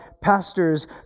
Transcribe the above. Pastors